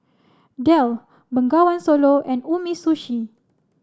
Dell Bengawan Solo and Umisushi